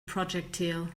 projectile